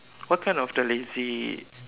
what kind of the lazy